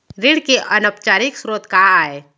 ऋण के अनौपचारिक स्रोत का आय?